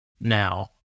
now